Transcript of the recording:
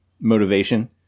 motivation